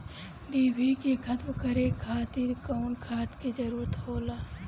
डिभी के खत्म करे खातीर कउन खाद के जरूरत होला?